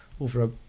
over